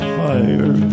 fire